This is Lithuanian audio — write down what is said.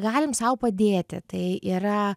galim sau padėti tai yra